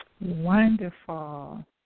Wonderful